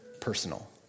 personal